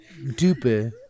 duper